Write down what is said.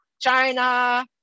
China